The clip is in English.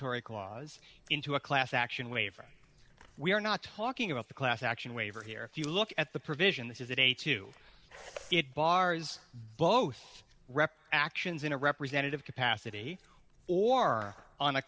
tory claws into a class action waiver we are not talking about the class action waiver here if you look at the provision this is a day to bars both rep actions in a representative capacity or on a